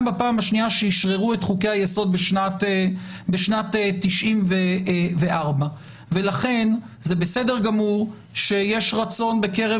בפעם השנייה שהם אישררו את חוקי היסוד בשנת 94. זה בסדר גמור שיש רצון בקרב